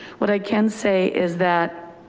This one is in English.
what i can say is that.